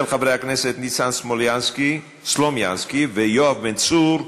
של חברי הכנסת ניסן סלומינסקי ויואב בן צור,